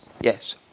Yes